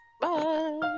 Bye